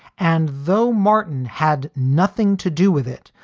and though martin had nothing to do with it,